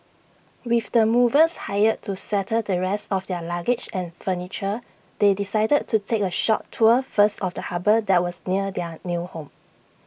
with the movers hired to settle the rest of their luggage and furniture they decided to take A short tour first of the harbour that was near their new home